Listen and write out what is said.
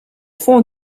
fond